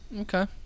okay